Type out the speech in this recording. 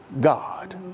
God